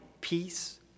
peace